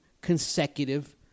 consecutive